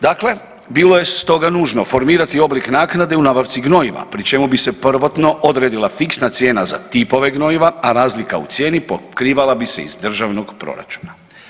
Dakle, bilo je stoga nužno formirati oblik naknade u nabavci gnojiva pri čemu bi se prvotno odredila fiksna cijena za tipove gnojiva, a razlika u cijeni pokrivala bi se iz državnog proračuna.